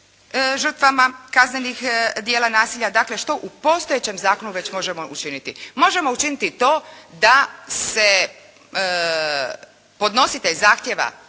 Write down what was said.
žrtvama kaznenih djela nasilja, dakle što u postojećem zakonu već možemo učiniti. Možemo učiniti to da se podnositelj zahtjeva